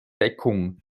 deckung